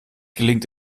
gelingt